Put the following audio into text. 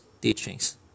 teachings